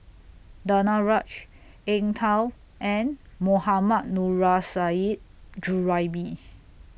Danaraj Eng Tow and Mohammad Nurrasyid Juraimi